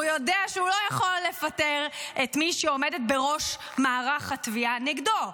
והוא יודע שהוא לא יכול לפטר את מי שעומדת בראש מערך התביעה נגדו.